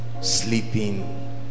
sleeping